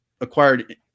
acquired